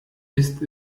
ist